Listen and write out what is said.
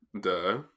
Duh